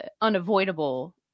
unavoidable